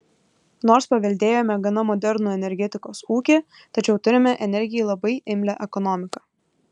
nors paveldėjome gana modernų energetikos ūkį tačiau turime energijai labai imlią ekonomiką